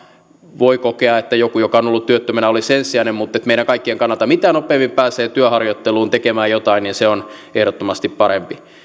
voi kokea että joku joka on ollut työttömänä olisi ensisijainen mutta meidän kaikkien kannalta mitä nopeammin pääsee työharjoitteluun tekemään jotain niin se on ehdottomasti parempi